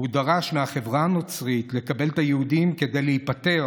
והוא דרש מהחברה הנוצרית לקבל את היהודים כדי להיפטר